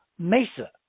Mesa